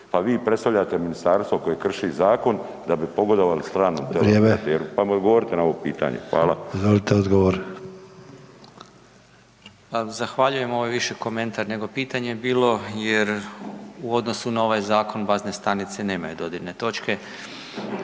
Pa vi predstavljate ministarstvo koje krši zakon da bi pogodovali stranom operateru, pa mi odgovorite na ovo pitanje. Hvala. **Sanader, Ante (HDZ)** Izvolite odgovor. **Uhlir, Željko** Zahvaljujem. Ovo je više komentar nego pitanje bilo jer u odnosu na ovaj zakon bazne stanice nemaju dodirne točke.